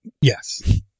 Yes